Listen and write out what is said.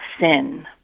sin